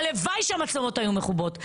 הלוואי שהמצלמות היו מכובות.